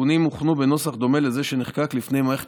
תיקונים הוכנו בנוסח דומה לזה שנחקק לפני מערכת